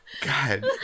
God